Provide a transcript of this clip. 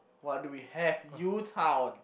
what do we have U-Town